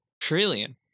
trillion